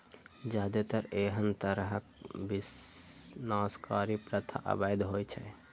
जादेतर एहन तरहक विनाशकारी प्रथा अवैध होइ छै